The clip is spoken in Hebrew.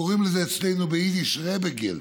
קוראים לזה אצלנו ביידיש רעבע געלט,